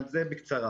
אבל זה בקצרה.